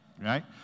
Right